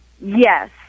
Yes